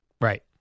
Right